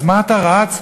אז מה אתה רץ?